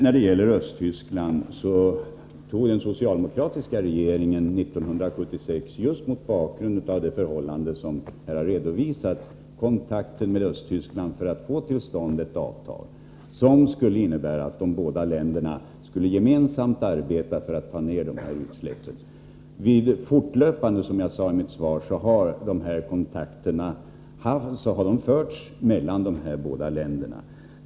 När det gäller Östtyskland tog den socialdemokratiska regeringen år 1976 — just mot bakgrund av det förhållande som har redovisats här — kontakter med Östtyskland för att få till stånd ett avtal som skulle innebära att de båda länderna gemensamt skulle arbeta för att få ned utsläppen. Kontakter mellan dessa båda länder sker, som jag sade i mitt svar, fortlöpande.